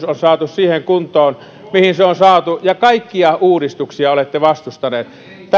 on saatu siihen kuntoon mihin se on saatu ja kaikkia uudistuksia olette vastustaneet